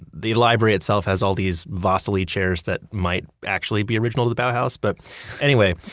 the library itself has all these vasily chairs that might actually be original to the bauhaus. but anyway,